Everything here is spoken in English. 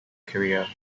career